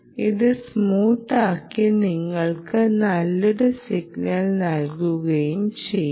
ഇത് സ്മൂത്താക്കി നിങ്ങൾക്ക് നല്ലൊരു സിഗ്നൽ നൽകുകയും ചെയ്യും